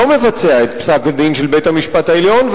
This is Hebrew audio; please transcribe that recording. לא מבצע את פסק-הדין של בית-המשפט העליון,